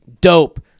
dope